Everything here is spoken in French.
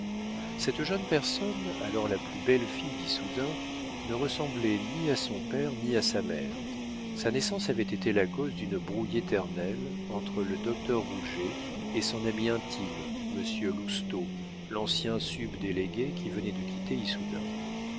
cette jeune personne alors la plus belle fille d'issoudun ne ressemblait ni à son père ni à sa mère sa naissance avait été la cause d'une brouille éternelle entre le docteur rouget et son ami intime monsieur lousteau l'ancien subdélégué qui venait de quitter